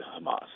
Hamas